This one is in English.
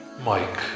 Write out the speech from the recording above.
Mike